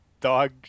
dog